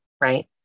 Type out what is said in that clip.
right